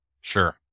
Sure